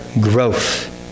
growth